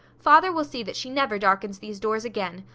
father will see that she never darkens these doors again.